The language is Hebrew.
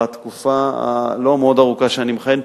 בתקופה הלא-מאוד ארוכה שאני מכהן,